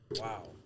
Wow